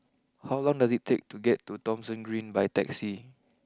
how long does it take to get to Thomson Green by taxi